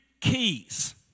keys